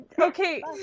okay